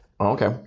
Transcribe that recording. Okay